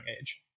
age